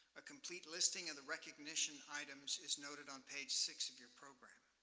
a complete listing of the recognition items is noted on page six of your program.